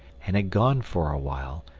and had gone for a while,